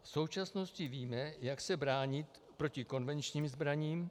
V současnosti víme, jak se bránit proti konvenčním zbraním.